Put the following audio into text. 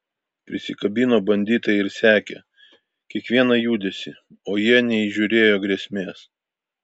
prisikabino banditai ir sekė kiekvieną judesį o jie neįžiūrėjo grėsmės